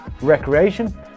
recreation